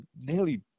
nearly